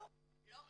לא.